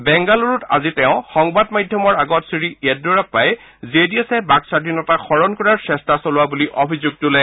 বেংগালুৰুত আজি তেঁও সংবাদমাধ্যমৰ আগত শ্ৰী য়েডুৰাপ্পাই জে ডি এছে বাকস্বাধীনতা হৰণ কৰাৰ চেষ্টা চলোৱা বুলি অভিযোগ তোলে